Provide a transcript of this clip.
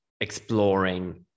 exploring